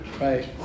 Right